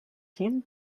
him